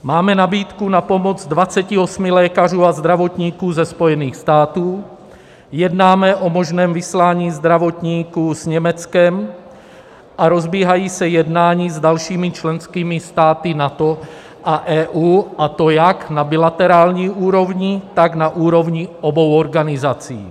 Máme nabídku na pomoc 28 lékařů a zdravotníků ze Spojených států, jednáme o možném vyslání zdravotníků s Německem a rozbíhají se jednání s dalšími členskými státy NATO a EU, a to jak na bilaterální úrovni, tak i na úrovni obou organizací.